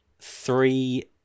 three